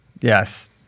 Yes